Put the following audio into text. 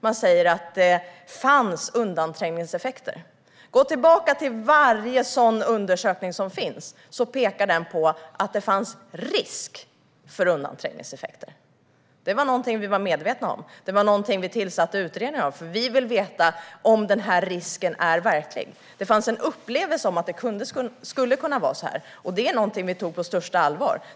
Man säger att det fanns undanträngningseffekter. Om vi går tillbaka till de undersökningar som finns så pekar de på att det fanns risk för undanträngningseffekter. Det var någonting vi var medvetna om. Det var någonting vi tillsatte utredningar om, för vi ville veta om denna risk är verklig. Det fanns en upplevelse av att det skulle kunna vara så, och det var någonting vi tog på största allvar.